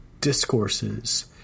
discourses